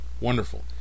Wonderful